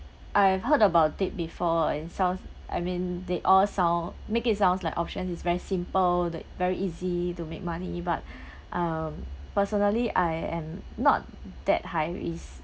I've heard about it before it sounds I mean they all sound make it sounds like option is very simple like very easy to make money but um personally I am not that high risk